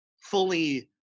fully